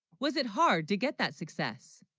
was it hard to get that success